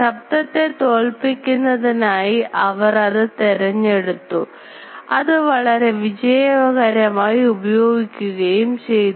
ശബ്ദത്തെ തോൽപ്പിക്കുന്നതിനായി അവർ ഇത് തെരഞ്ഞെടുത്തു അത് വളരെ വിജയകരമായി ഉപയോഗിക്കുകയും ചെയ്തു